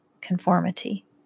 conformity